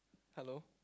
hello